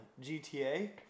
GTA